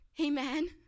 amen